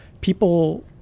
people –